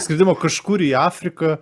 skridimo kažkur į afriką